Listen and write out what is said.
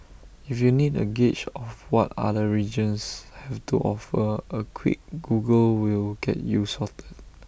if you need A gauge of what other regions have to offer A quick Google will get you sorted